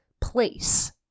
place